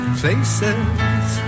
places